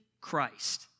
Christ